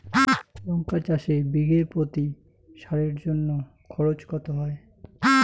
লঙ্কা চাষে বিষে প্রতি সারের জন্য খরচ কত হয়?